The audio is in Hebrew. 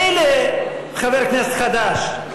מילא חבר כנסת חדש.